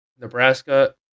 Nebraska